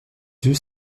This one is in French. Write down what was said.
yeux